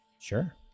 Sure